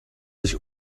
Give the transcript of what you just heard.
sich